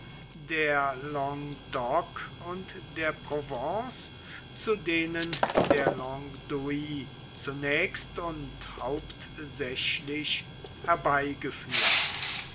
der langue d'oc und der provence zu denen der langue d'oui zunächst und hauptsächlich herbeigeführt